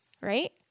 right